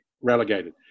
relegated